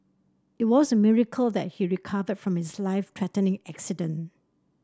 it was a miracle that he recovered from his life threatening accident